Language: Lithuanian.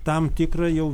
tam tikrą jau